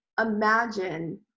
imagine